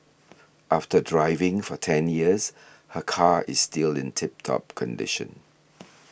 after driving for ten years her car is still in tip top condition